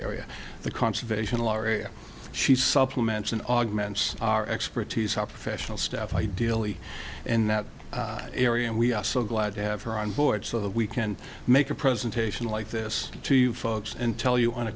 area the conservation law she supplements and augments our expertise our professional staff ideally in that area and we are so glad to have her on board so that we can make a presentation like this to you folks and tell you